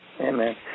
Amen